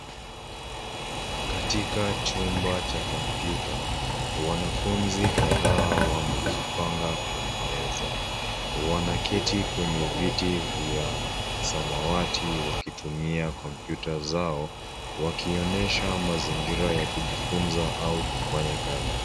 Katika chumba cha kompyuta, wanafunzi kadhaa wamejipanga kwenye meza. Wanaketi kwenye viti vya samawati wakitumia kompyuta zao, wakionyesha mazingira ya kujifunza au kufanya kazi.